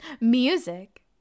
Music